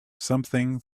something